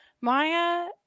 maya